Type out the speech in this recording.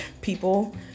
people